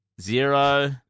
Zero